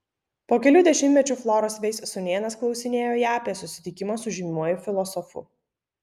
po kelių dešimtmečių floros veis sūnėnas klausinėjo ją apie susitikimą su žymiuoju filosofu